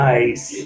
Nice